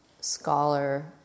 scholar